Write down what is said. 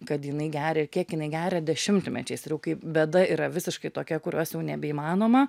kad jinai geria ir kiek jinai geria dešimtmečiais ir jau kai bėda yra visiškai tokia kurios jau nebeįmanoma